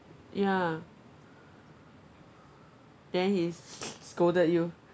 ya then he scolded you